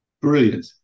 Brilliant